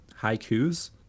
Haiku's